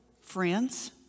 friends